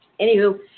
Anywho